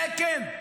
זה כן,